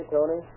Tony